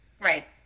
right